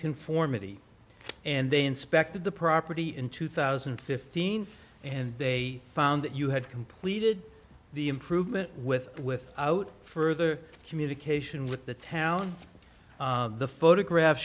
conformity and they inspected the property in two thousand and fifteen and they found that you had completed the improvement with with out further communication with the town the photograph